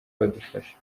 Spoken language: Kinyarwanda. badufasha